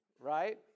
Right